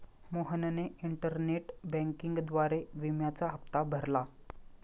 मोहनने इंटरनेट बँकिंगद्वारे विम्याचा हप्ता भरला